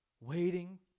waiting